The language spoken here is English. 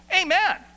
Amen